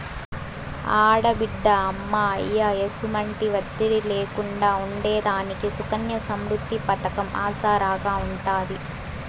ఆడబిడ్డ అమ్మా, అయ్య ఎసుమంటి ఒత్తిడి లేకుండా ఉండేదానికి సుకన్య సమృద్ది పతకం ఆసరాగా ఉంటాది